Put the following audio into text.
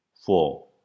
four